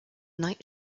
night